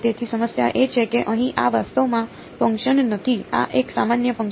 તેથી સમસ્યા એ છે કે અહીં આ વાસ્તવમાં ફંક્શન નથી આ એક સામાન્ય ફંક્શન છે